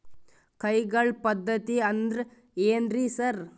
ಕೈಗಾಳ್ ಪದ್ಧತಿ ಅಂದ್ರ್ ಏನ್ರಿ ಸರ್?